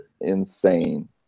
insane